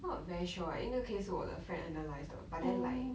not very sure 因为那个 case 是我的 friend analyse 的 but then like